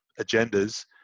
agendas